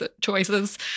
choices